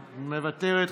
מוותרת,